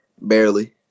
Barely